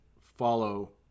follow